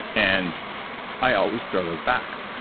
and i always throw those back.